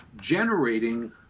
generating